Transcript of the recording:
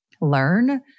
learn